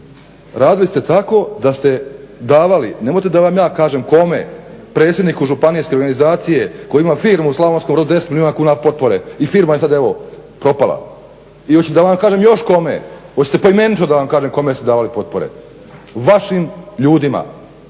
radili ste tako da ste davali, nemojte da vam ja kažem kome, predsjedniku županijske organizacije koji ima firmu u Slavonskom Brodu 10 milijuna kuna potpore i firma je sad evo propala. I hoćete da vam kažem još kome, hoćete poimenično da vam kažem kome ste davali potpore, vašim ljudima.